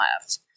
left